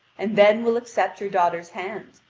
and then will accept your daughter's hand,